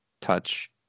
touch